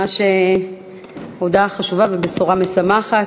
ובשורה משמחת,